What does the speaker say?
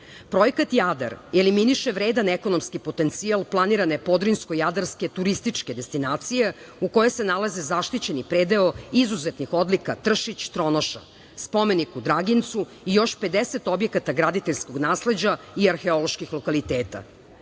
vrsta. Projekat "Jadar" eliminiše vredan ekonomski potencijal planirane Podrinjsko-Jadarske turističke destinacije u kojoj se nalaze zaštićeni predeo izuzetnih odluka Tršić - Tronoša, spomenik u Dragincu i još 50 objekata graditeljskog nasleđa i arheoloških lokaliteta. Planirane